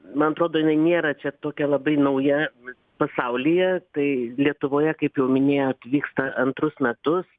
man atrodo jinai nėra čia tokia labai nauja pasaulyje tai lietuvoje kaip jau minėjot vyksta antrus metus